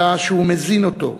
אלא שהוא מזין אותו,